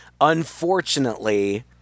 Unfortunately